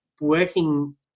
working